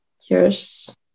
Yes